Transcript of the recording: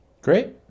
Great